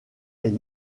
est